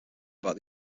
about